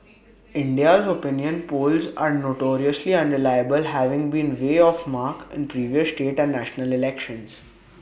India's opinion polls are notoriously unreliable having been way off mark in previous state and national elections